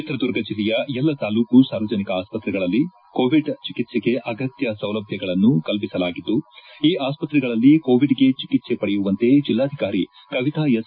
ಚಿತ್ರದುರ್ಗ ಜಿಲ್ಲೆಯ ಎಲ್ಲ ತಾಲ್ಲೂಕು ಸಾರ್ವಜನಿಕ ಆಸ್ಪತ್ರೆಗಳಲ್ಲಿ ಕೋವಿಡ್ ಚಿಕಿತ್ಸೆಗೆ ಅಗತ್ಯ ಸೌಲಭ್ಯವನ್ನು ಕಲ್ಪಿಸಲಾಗಿದ್ದು ಈ ಆಸ್ಪತ್ರೆಗಳಲ್ಲಿ ಕೋವಿಡ್ಗೆ ಚಿಕಿತ್ಸೆ ಪಡೆಯುವಂತೆ ಜಿಲ್ಲಾಧಿಕಾರಿ ಕವಿತಾ ಎಸ್